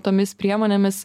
tomis priemonėmis